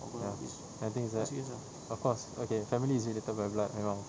ya the thing is that of course okay family is written in my blood you know